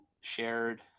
shared